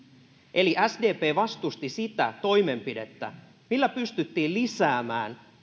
eli sdp vastusti sitä toimenpidettä millä pystyttiin lisäämään